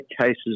cases